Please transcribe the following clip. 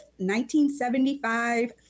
1975